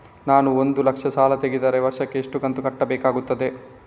ನಾನು ಒಂದು ಲಕ್ಷ ಸಾಲ ತೆಗೆದರೆ ವರ್ಷಕ್ಕೆ ಎಷ್ಟು ಕಂತು ಕಟ್ಟಬೇಕಾಗುತ್ತದೆ?